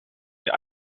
der